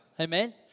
Amen